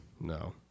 No